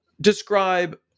describe